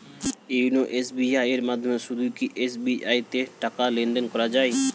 YONO SBI এর মাধ্যমে শুধুই কি এস.বি.আই তে টাকা লেনদেন করা যায়?